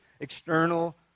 external